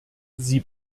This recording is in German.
sie